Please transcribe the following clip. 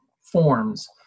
forms